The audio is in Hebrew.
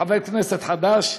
חבר כנסת חדש,